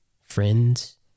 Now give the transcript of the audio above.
friends